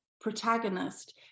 protagonist